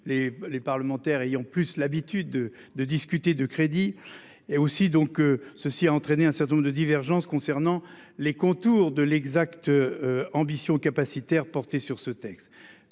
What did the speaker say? les parlementaires ayant plus l'habitude de discuter de crédit et aussi donc ceci a entraîné un certain nombre de divergences concernant les contours de l'exacte. Ambition capacitaire porté sur ce texte.